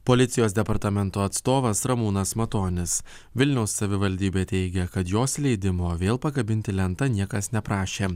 policijos departamento atstovas ramūnas matonis vilniaus savivaldybė teigia kad jos leidimo vėl pakabinti lentą niekas neprašė